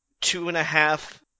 two-and-a-half